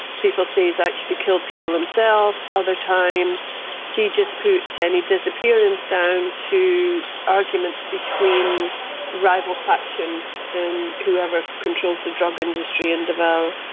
people say he has actually killed people himself. other times he just puts any disappearance down to arguments between rival factions and whoever controls the drug industry in davao.